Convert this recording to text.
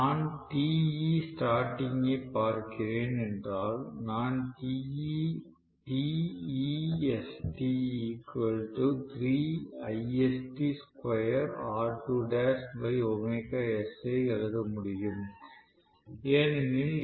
நான் Te starting ஐப் பார்க்கிறேன் என்றால் நான் ஐ எழுத முடியும் ஏனெனில் s 1